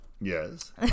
Yes